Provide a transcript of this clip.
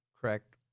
correct